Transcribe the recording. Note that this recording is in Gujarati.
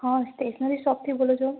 હ સ્ટેશનરી શોપથી બોલો છો